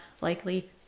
likely